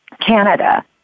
Canada